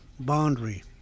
boundary